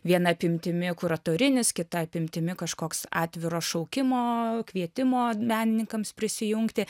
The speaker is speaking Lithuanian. viena apimtimi kuratorinis kita apimtimi kažkoks atviro šaukimo kvietimo menininkams prisijungti